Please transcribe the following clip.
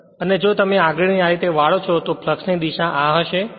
અને જો તમે આંગળીને આ રીતે વાળો છો તો ફ્લક્ષ ની દિશા આ હશે